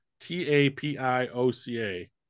t-a-p-i-o-c-a